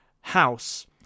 house